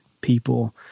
people